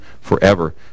forever